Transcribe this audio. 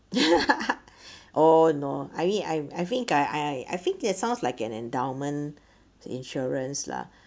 oh no I mean I I think I I think that sounds like an endowment to insurance lah